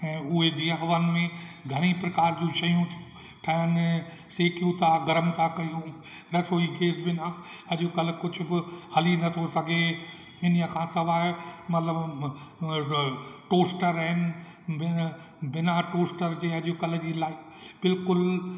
ऐं उहे जीअं अवन में घणेई प्रकार जूं शयूं ठहनि सेकियूं था गरम था कयूं रसोई गैस बिना अॼु कल्ह कुझु बि हली नथो सघे इन्हीअ खां सवाइ मतिलबु टोस्टर आहिनि बि बिना टोस्टर जे अॼु कल्ह जी लाईफ बिल्कुलु